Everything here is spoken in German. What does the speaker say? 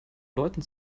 leuten